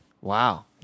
wow